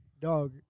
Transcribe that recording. Dog